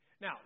Now